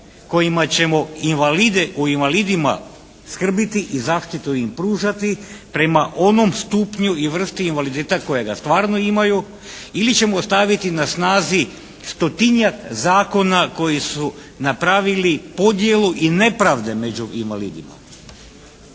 kojima ćemo invalide, o invalidima skrbiti i zaštitu im pružati prema onom stupnju i vrsti invaliditeta kojega stvarno imaju ili ćemo ostaviti na snazi stotinjak zakona koji su napravili podjelu i nepravde među invalidima.